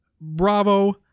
Bravo